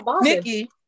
Nikki